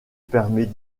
permet